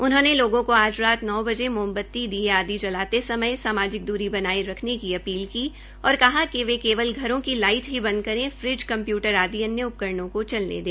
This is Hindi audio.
उन्होंने लोगों को आज रात नौ बजे मोमबती दीये आदि जलाते समय सामाजिक द्री बनाये रखने की अपील की और कहा कि वे केवल घरों का लाइट ही बंद करे फ्रिज कम्प्यूटर आदि अन्य उपकरणों को चलने दे